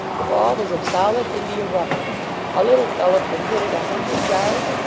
the ball was of solid india rubber a little fellow could hit it a hundred yards,